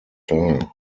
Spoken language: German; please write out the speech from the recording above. teil